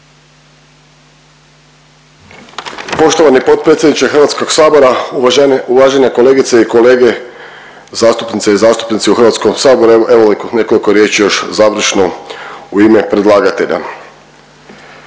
Poštovani potpredsjedniče HS-a, uvažene kolegice i kolege zastupnice i zastupnici u HS-u, evo ovih nekoliko riječi još završno u ime predlagatelja.